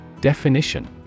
Definition